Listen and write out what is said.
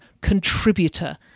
contributor